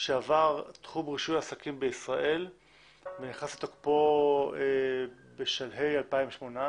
שעבר תחום רישוי עסקים בישראל ונכנס לתוקפו בשלהי 2018,